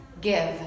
give